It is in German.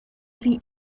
sie